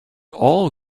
all